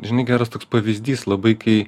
žinai geras toks pavyzdys labai kai